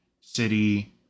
city